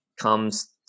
comes